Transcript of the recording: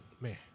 Man